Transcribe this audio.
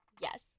yes